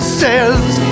says